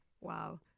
wow